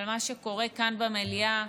על מה שקורה כאן במליאה,